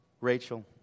Rachel